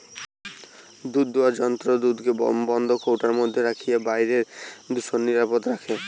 দুধদুয়ার যন্ত্র দুধকে বন্ধ কৌটার মধ্যে রখিকি বাইরের দূষণ নু নিরাপদ রখে